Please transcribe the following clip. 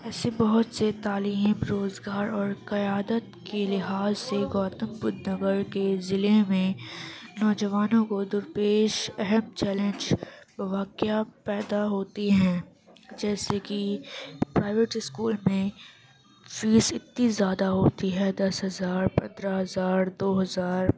ایسے بہت سے تعلیم روزگار اور قیادت کے لحاظ سے گوتم بدھ نگر کے ضلع میں نوجوانوں کو در پیش اہم چیلنج واقعہ پیدا ہوتی ہیں جیسے کہ پرائیویٹ اسکول میں فیس اتنی زیادہ ہوتی ہے دس ہزار پندرہ ہزار دو ہزار